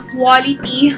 quality